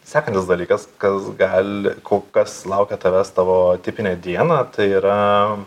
sekantis dalykas kas gali ko kas laukia tavęs tavo tipinę dieną tai yra